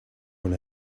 will